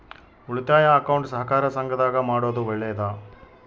ಉಳಿತಾಯ ಅಕೌಂಟ್ ಸಹಕಾರ ಸಂಘದಾಗ ಮಾಡೋದು ಒಳ್ಳೇದಾ?